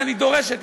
ואני דורש שתתנצלי.